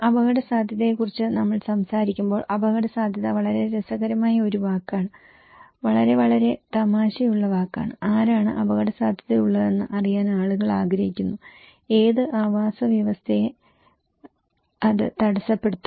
അപകടസാധ്യതയെക്കുറിച്ച് നമ്മൾ സംസാരിക്കുമ്പോൾ അപകടസാധ്യത വളരെ രസകരമായ ഒരു വാക്കാണ് വളരെ വളരെ തമാശയുള്ള വാക്കാണ് ആരാണ് അപകടസാധ്യതയുള്ളതെന്ന് അറിയാൻ ആളുകൾ ആഗ്രഹിക്കുന്നു ഏത് ആവാസവ്യവസ്ഥയെ അത് തടസ്സപ്പെടുത്തും